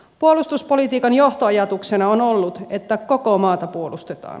puolustuspolitiikan johtoajatuksena on ollut että koko maata puolustetaan